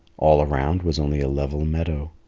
all around was only a level meadow.